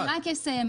הכמויות.